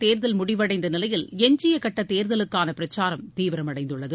தேர்தல் முடிவடைந்த நிலையில் எஞ்சிய கட்ட தேர்தலுக்கான பிரச்சாரம் நான்குகட்ட தீவிரமடைந்துள்ளது